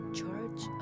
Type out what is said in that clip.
charge